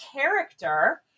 character